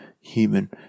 human